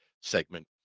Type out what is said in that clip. segment